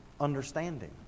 understanding